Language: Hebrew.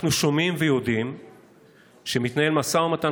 אנחנו שומעים ויודעים שמתנהל משא ומתן